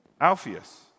Alpheus